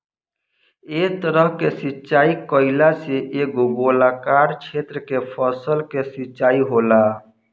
एह तरह के सिचाई कईला से एगो गोलाकार क्षेत्र के फसल के सिंचाई होला